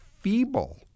feeble